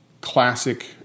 classic